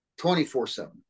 24-7